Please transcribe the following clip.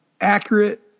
accurate –